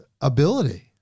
ability